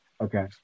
okay